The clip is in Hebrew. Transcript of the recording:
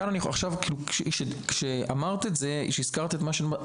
כשהזכרת את זה,